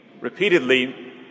repeatedly